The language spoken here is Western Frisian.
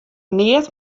neat